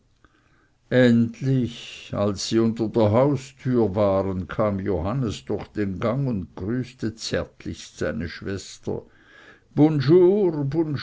endlich als sie unter der haustüre waren kam johannes durch den gang und grüßte zärtlichst seine schwester